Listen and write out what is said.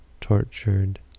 tortured